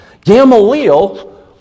Gamaliel